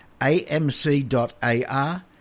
amc.ar